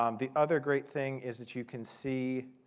um the other great thing is that you can see,